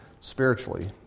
spiritually